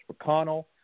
mcconnell